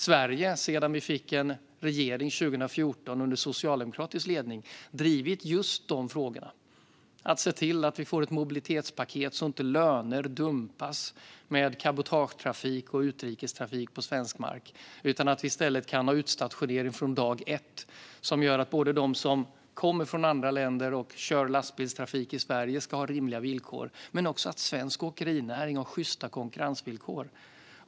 Sedan vi fick en regering under socialdemokratisk ledning 2014 har Sverige drivit just dessa frågor för att se till att vi får ett mobilitetspaket så att inte löner dumpas, med cabotagetrafik och utrikestrafik på svensk mark, och att vi i stället kan ha utstationering från dag ett, vilket gör att de som kommer från andra länder och kör lastbilstrafik i Sverige har rimliga villkor men också att svensk åkerinäring har sjysta konkurrensvillkor.